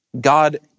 God